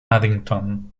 addington